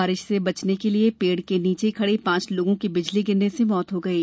बारिश से बचने के लिए पेड़ के नीचे खड़े पांच लोगों की बिजली गिरने से मृत्यु हो गयी